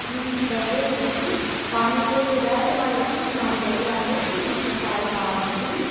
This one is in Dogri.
हून इसतै च मतलव कि पानी भरोते दा ऐ ते नोहाड़े बिच्च शनान करियै आखदे कि मतलव सारे पाप जेह्के न